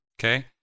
okay